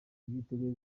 biteguye